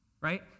right